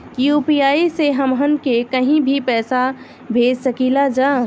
UPI से हमहन के कहीं भी पैसा भेज सकीला जा?